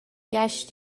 ﮔﺸﺘﯿﻢ